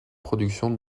production